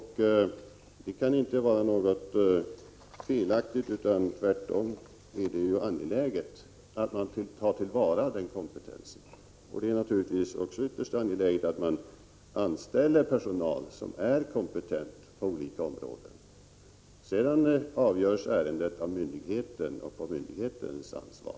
Det kan inte vara felaktigt utan tvärtom angeläget att ta till vara den kompetensen. Det är naturligtvis också ytterst angeläget att man anställer personal som är kompetent på olika områden. Sedan avgörs ärendet av myndigheten och på myndighetens ansvar.